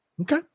Okay